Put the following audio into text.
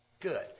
good